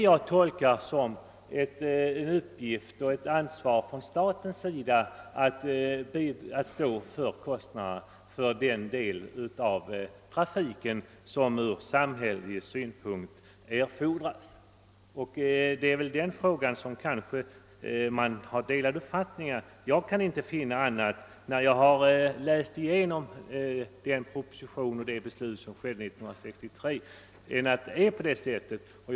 Jag tolkar detta som att staten har åtagit sig ansvaret och kostnaderna för denna del av den kollektiva trafik som ur samhällelig synpunkt erfordras men icke är lönsam. Det är väl i denna fråga som det kanske råder delade uppfattningar. När jag läst igenom den proposition det här gäller och tagit del av det beslut som fattades 1963, kan jag inte finna annat än att det förhåller sig på det sätt som jag här nämnt.